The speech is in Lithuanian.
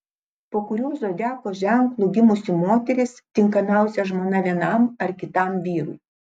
po kuriuo zodiako ženklu gimusi moteris tinkamiausia žmona vienam ar kitam vyrui